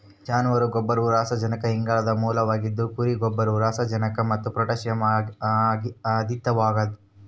ಜಾನುವಾರು ಗೊಬ್ಬರವು ಸಾರಜನಕ ಇಂಗಾಲದ ಮೂಲವಾಗಿದ ಕುರಿ ಗೊಬ್ಬರವು ಸಾರಜನಕ ಮತ್ತು ಪೊಟ್ಯಾಷ್ ಅಧಿಕವಾಗದ